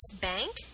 Bank